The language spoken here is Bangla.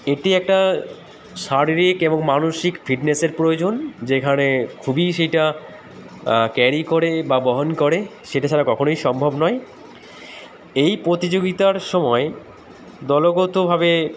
এটি একটা শারীরিক এবং মানসিক ফিটনেসের প্রয়োজন যেখানে খুবই সেটা ক্যারি করে বা বহন করে সেটা ছাড়া কখনোই সম্ভব নয় এই প্রতিযোগিতার সময় দলগতভাবে